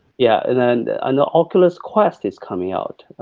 yeah and and oculus quest is coming out,